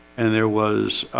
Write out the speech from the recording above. and there was